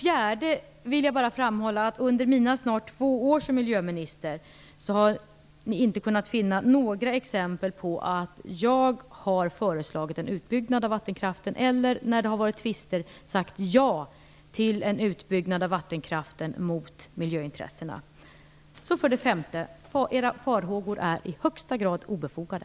Jag vill dessutom framhålla att ni under mina snart två år som miljöminister inte har kunnat finna några exempel på att jag har föreslagit en utbyggnad av vattenkraften eller att jag, när det har varit tvister, sagt ja till en utbyggnad av vattenkraften som strider mot miljöintressena. Era farhågor är i högsta grad obefogade.